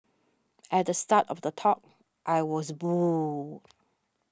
at the start of the talk I was booed